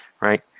right